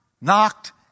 knocked